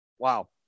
Wow